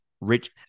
Rich